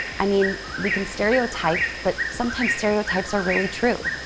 i mean, we can stereotype, but sometimes, stereotypes are really true.